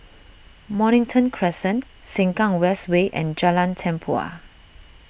Mornington Crescent Sengkang West Way and Jalan Tempua